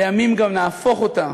לימים גם נהפוך אותה